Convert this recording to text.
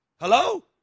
Hello